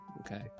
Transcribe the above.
okay